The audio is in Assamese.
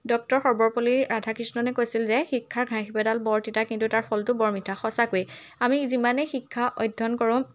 ডক্টৰ সৰ্বপল্লী ৰাধাকৃষ্ণণনে কৈছিল যে শিক্ষাৰ ঘাই শিপাডাল বৰ তিতা কিন্তু তাৰ ফলটো বৰ মিঠা সঁচাকৈয়ে আমি যিমানেই শিক্ষা অধ্যয়ন কৰোঁ